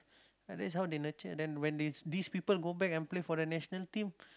and thats how they nurture them when these people go back to play for the national team